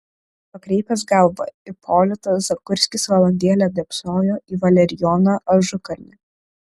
pakreipęs galvą ipolitas zagurskis valandėlę dėbsojo į valerijoną ažukalnį